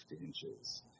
inches